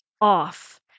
off